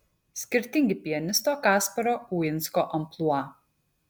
skirtingi pianisto kasparo uinsko amplua